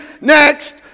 next